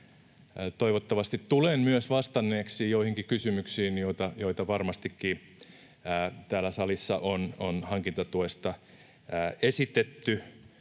Toivottavasti tulen myös vastanneeksi joihinkin kysymyksiin, joita varmastikin täällä salissa on hankintatuesta esitetty.